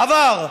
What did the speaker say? עבר.